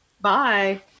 Bye